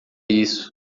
isso